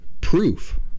proof